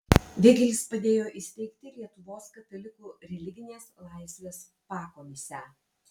veigelis padėjo įsteigti lietuvos katalikų religinės laisvės pakomisę